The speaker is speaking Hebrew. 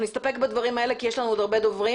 נסתפק בדברים האלה כי יש לנו עוד הרבה דוברים.